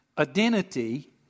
Identity